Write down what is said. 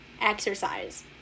exercise